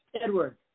Edward